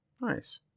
nice